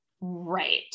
Right